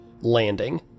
landing